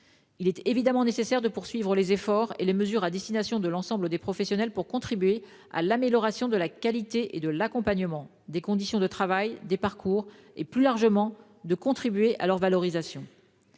Il est évidemment nécessaire de poursuivre les efforts et les mesures à destination de l'ensemble des professionnels pour contribuer à l'amélioration de la qualité et de l'accompagnement, des conditions de travail, des parcours, et plus largement pour favoriser leur valorisation.